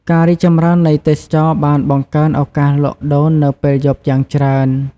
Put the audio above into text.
ការរីកចម្រើននៃទេសចរណ៍បានបង្កើនឱកាសលក់ដូរនៅពេលយប់យ៉ាងច្រើន។